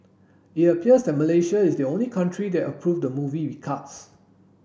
it appears that Malaysia is the only country that approved the movie with cuts